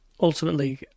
ultimately